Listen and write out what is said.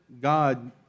God